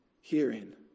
hearing